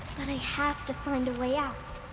but i have to find a way out!